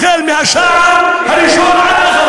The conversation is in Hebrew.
מה לכם ולהר-הבית?